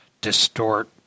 distort